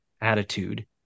attitude